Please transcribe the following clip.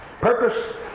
purpose